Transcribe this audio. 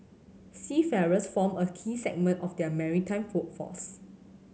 seafarers form a key segment of our maritime workforce